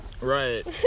Right